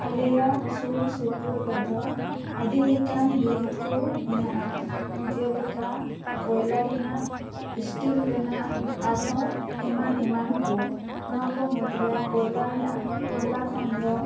ᱟᱞᱮᱭᱟᱜ ᱥᱩᱨ ᱥᱩᱯᱩᱨ ᱨᱮᱫᱚ ᱟᱹᱰᱤᱞᱮᱠᱟᱱ ᱵᱤᱨᱤᱫ ᱠᱚ ᱢᱮᱱᱟᱜᱼᱟ ᱡᱮᱞᱮᱠᱟ ᱠᱚᱭᱞᱟ ᱨᱮᱱᱟᱜ ᱤᱥᱴᱤᱞ ᱨᱮᱱᱟᱜ ᱟᱨᱦᱚᱸ ᱮᱢᱟᱱ ᱮᱢᱟᱱ ᱠᱚ ᱱᱚᱣᱟ ᱠᱚ ᱢᱩᱫᱽᱨᱮ ᱠᱚᱭᱞᱟ ᱨᱮᱱᱟᱜ ᱠᱚᱭᱞᱟ ᱠᱷᱚᱱ ᱫᱚ